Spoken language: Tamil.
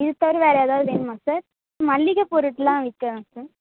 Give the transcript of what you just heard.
இது தவிர வேறு எதாவது வேணுமா சார் மளிகை பொருள் எல்லாம் விற்கிறோம் சார்